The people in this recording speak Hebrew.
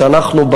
אנחנו,